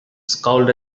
scowled